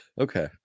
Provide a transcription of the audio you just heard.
Okay